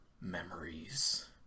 memories